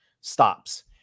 stops